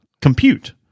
compute